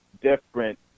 different